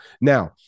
Now